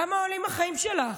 כמה עולים החיים שלך?